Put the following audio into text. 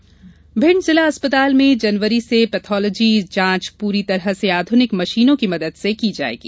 pathology जांच भिंड जिला अस्पताल में जनवरी माह से पैथालॉजी जांच पूरी तरह से आधुनिक मशीनों की मदद से की जायेगी